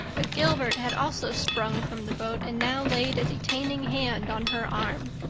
but gilbert had also sprung from the boat and now laid a detaining hand on her arm.